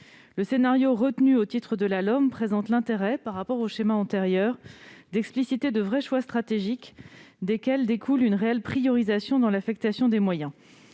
Le scénario retenu au titre de la LOM présente l'intérêt, par rapport aux schémas antérieurs, de comporter de vrais choix stratégiques, desquels découle une réelle priorisation dans l'affectation des moyens.